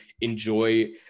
enjoy